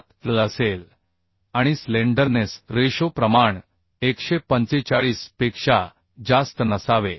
7L असेल आणि slenderness ratio प्रमाण 145 पेक्षा जास्त नसावे